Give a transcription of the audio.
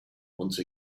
once